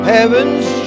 Heaven's